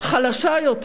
חלשה יותר